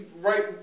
right